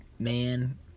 Man